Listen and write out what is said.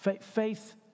Faith